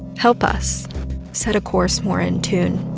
help us set a course more in tune